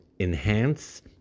enhance